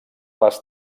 les